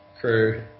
crew